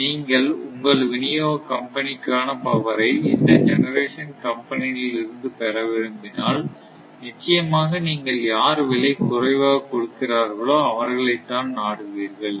நீங்கள் உங்கள் வினியோக கம்பெனிக்கான பவரை இந்த ஜெனரேசன் கம்பெனிகளில் இருந்து பெற விரும்பினால் நிச்சயமாக நீங்கள் யார் விலை குறைவாக கொடுக்கிறார்களோ அவர்களை தான் நாடுவீர்கள்